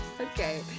Okay